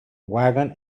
wagon